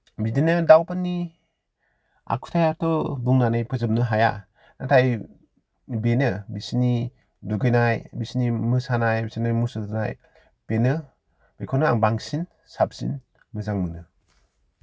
बिदिनो दाउफोरनि आखुथाइयाथ' बुंनानै फोजोबनो हाया नाथाय बेनो बिसोरनि दुगैनाय बिसोरनि मोसानाय बिसोरनि मुसुरनाय बेनो बेखौनो आं बांसिन साबसिन मोजां मोनो